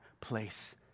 place